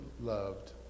loved